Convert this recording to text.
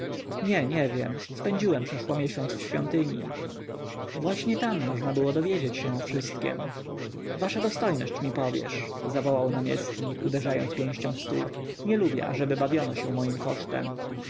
nie wiem spędziłem przeszło miesiąc w świątyni właśnie tam można było dowiedzieć się o wszystkiem wasza dostojność mi powiesz zawołał namiestnik uderzając pięścią w stół nie lubię ażeby bawiono się moim kosztem